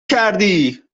کردی